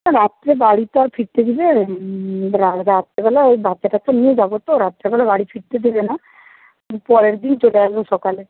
রাত্রে বাড়ি তো আর ফিরতে দিবে রাত্রেরবেলা ওই বাচ্চাটাচ্চা নিয়ে যাবো তো রাত্রেবেলায় বাড়ি ফিরতে দেবে না পরের দিন চলে আসবো সকালে